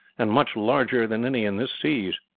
and much larger than any in these seas.